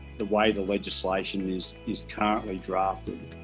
the way the legislation is is currently drafted